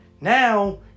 now